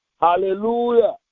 Hallelujah